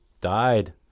died